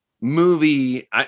movie